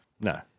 no